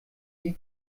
die